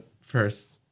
first